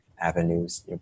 avenues